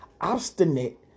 Obstinate